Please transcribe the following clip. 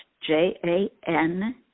J-A-N